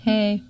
Hey